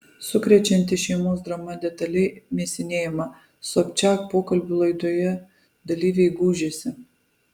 sukrečianti šeimos drama detaliai mėsinėjama sobčiak pokalbių laidoje dalyviai gūžiasi